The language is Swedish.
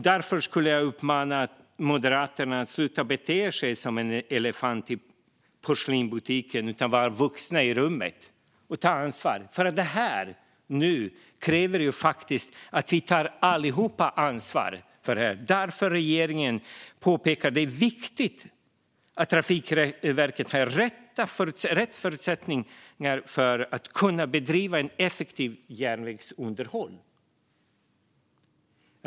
Därför skulle jag vilja uppmana Moderaterna att sluta bete sig som elefanten i porslinsbutiken och i stället vara vuxna i rummet och ta ansvar. Det här kräver faktiskt att vi alla tar ansvar. Regeringen påpekar att det är viktigt att Trafikverket har rätt förutsättningar för att kunna bedriva ett effektivt järnvägsunderhåll.